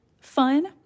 fun